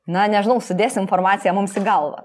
na nežinau sudės informaciją mums į galvą